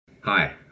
Hi